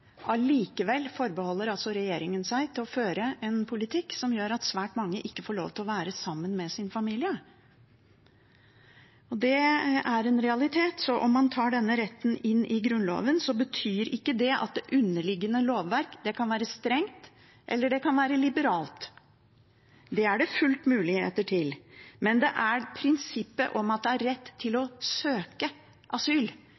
Allikevel forbeholder regjeringen seg å føre en politikk som gjør at svært mange ikke får lov til å være sammen med sin familie. Det er en realitet. Så om man tar denne retten inn i Grunnloven, betyr ikke det at det underliggende lovverk ikke kan være strengt eller det kan være liberalt. Det er det fullt ut muligheter til, men det dreier seg om prinsippet om at man har rett til å søke asyl,